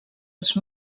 els